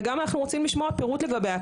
וגם אנחנו רוצים לשמוע פירוט לגביה,